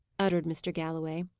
uttered mr. galloway.